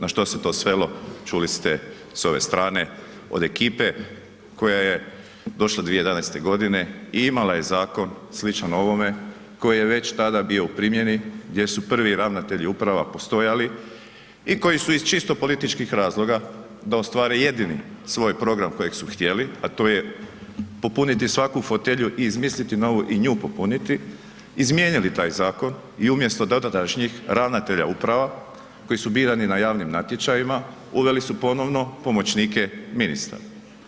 Na što se to svelo, čuli ste s ove strane od ekipe koja je došla 2011. godine i imala je zakon sličan ovome koji je već tada bio u primjeni gdje su prvi ravnatelji uprava postojali i koji su iz čisto političkih razloga da ostvare jedini svoj program kojeg su htjeli a to je popuniti svaku fotelju i izmisliti novu i nju popuniti izmijenili taj zakon i umjesto dotadašnjih ravnatelja uprava koji su birani na javnim natječajima uveli su ponovno pomoćnike ministara.